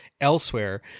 elsewhere